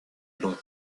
long